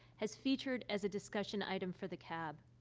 has featured as a discussion item for the cab.